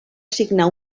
signar